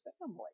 family